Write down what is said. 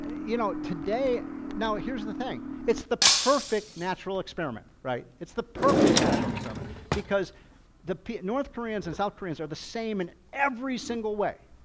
you know today, now here's the thing, it's the perfect natural experiment, right? it's the perfect natural experiment because the north koreans and south koreans are the same in every single way,